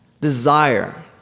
desire